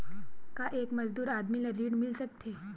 का एक मजदूर आदमी ल ऋण मिल सकथे?